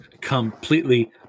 completely